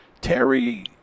Terry